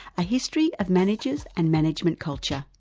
a history of managers and management culture.